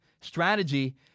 strategy